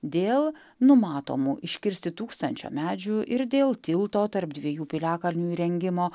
dėl numatomų iškirsti tūkstančio medžių ir dėl tilto tarp dviejų piliakalnių įrengimo